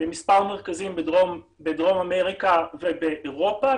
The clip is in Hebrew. במספר מרכזים בדרום אמריקה ובאירופה,